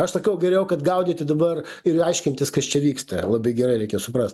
aš sakau geriau kad gaudyti dabar ir aiškintis kas čia vyksta ir labai gerai reikia suprast